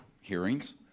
hearings